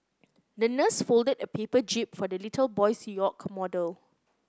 the nurse folded a paper jib for the little boy's yacht model